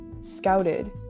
scouted